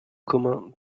communs